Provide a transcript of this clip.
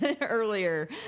earlier